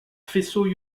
faisceau